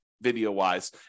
video-wise